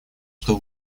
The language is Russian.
что